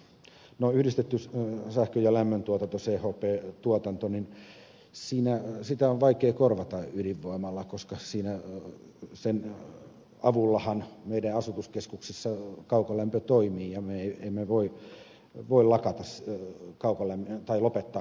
no yhdistettyä sähkön ja lämmöntuotantoa chp tuotantoa on vaikea korvata ydinvoimalla koska sen avullahan meidän asutuskeskuksissamme kaukolämpö toimii ja me emme voi lopettaa kaukolämmityksen tuottamista